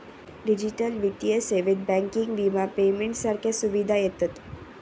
digital वित्तीय सेवेत banking, विमा, पेमेंट सारख्या सुविधा येतत